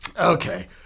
Okay